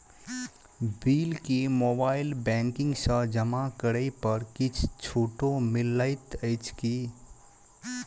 Bill केँ mobile banking सँ जमा करै पर किछ छुटो मिलैत अछि की?